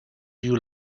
you